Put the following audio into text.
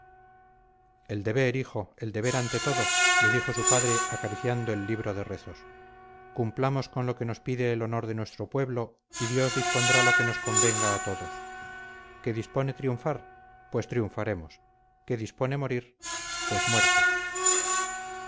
el deber hijo el deber ante todo le dijo su padre acariciando el libro de rezos cumplamos con lo que nos pide el honor de nuestro pueblo y dios dispondrá lo que nos convenga a todos que dispone triunfar pues triunfaremos que dispone morir pues muerte